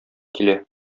килә